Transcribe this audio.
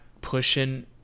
pushing